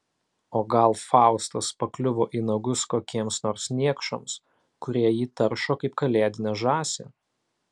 o gal faustas pakliuvo į nagus kokiems nors niekšams kurie jį taršo kaip kalėdinę žąsį